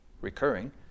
recurring